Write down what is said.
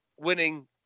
winning